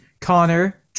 Connor